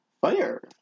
Fire